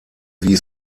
wies